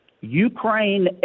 Ukraine